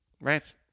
right